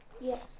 yes